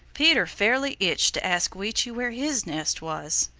peter fairly itched to ask weechi where his nest was,